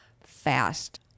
fast